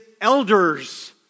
elders